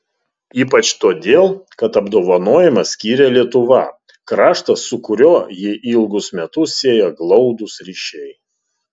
ypač todėl kad apdovanojimą skyrė lietuva kraštas su kuriuo jį ilgus metus sieja glaudūs ryšiai